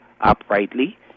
uprightly